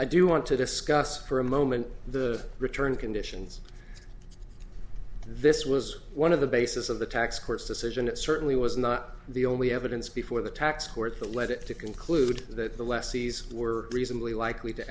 i do want to discuss for a moment the return conditions this was one of the basis of the tax court's decision it certainly was not the only evidence before the tax court that led it to conclude that the lessees were reasonably likely to